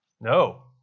No